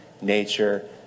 nature